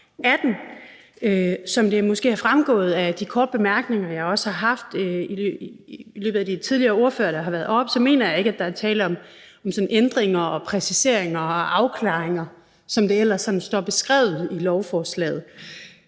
2018. Som det måske er fremgået af de korte bemærkninger, jeg har haft til de tidligere ordførere, der har været oppe, mener jeg ikke, der sådan er tale om ændringer, præciseringer og afklaringer, som det ellers står beskrevet i lovforslaget,